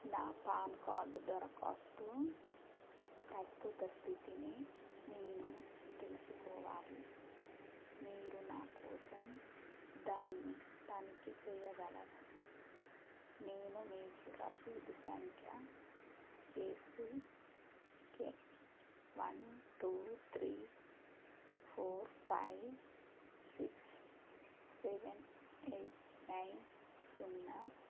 నా PAN card దరఖాస్తు ప్రస్తుత స్థితిని నేను తెలుసుకోవాలి మీరు నా కోసం దాన్ని తనిఖీ చేయగలరా నేను మీకు రసీదు సంఖ్య KCK one two three four five six seven eight nine సున్నా